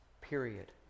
Period